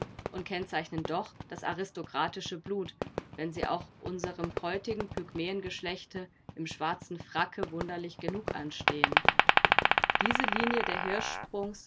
und kennzeichnen doch das aristokratische blut wenn sie auch unserem heutigen pygmäengeschlechte im schwarzen fracke wunderlich genug anstehen diese linie der